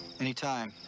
Anytime